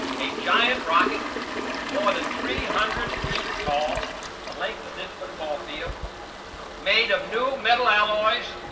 a giant rocket more than three hundred feet tall the length of this football field made of new metal alloys,